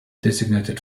designated